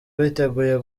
biteguye